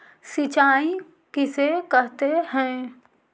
सिंचाई किसे कहते हैं?